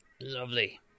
Lovely